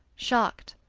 shocked,